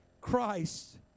Christ